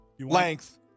length